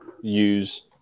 use